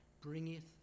bringeth